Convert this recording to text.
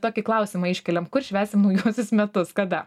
tokį klausimą iškeliam kur švęsim naujuosius metus kada